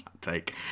take